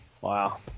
Wow